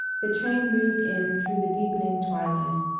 the train moved in through the deepening twilight,